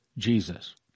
jesus